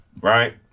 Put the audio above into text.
Right